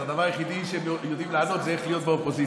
אז הדבר היחיד שהם יודעים לעשות זה איך להיות באופוזיציה.